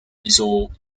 wieso